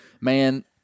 Man